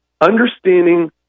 understanding